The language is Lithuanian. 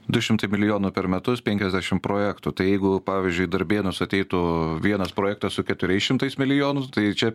du šimtai milijonų per metus penkiasdešim projektų tai jeigu pavyzdžiui į darbėnus ateitų vienas projektas su keturiais šimtais milijonų tai čia